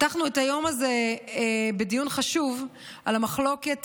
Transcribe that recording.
פתחנו את היום הזה בדיון חשוב על המחלוקת